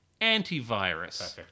Antivirus